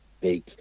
big